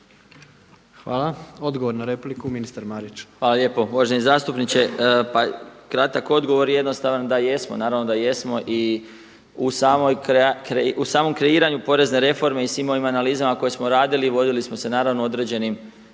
Hvala. Odgovor na repliku ministar Marić. **Marić, Zdravko** Hvala lijepo. Uvaženi zastupniče. Pa kratak odgovor i jednostavan da jesmo naravno da jesmo i u samom kreiranju porezne reforme i svim onim analizama koje smo radili vodili smo se određenim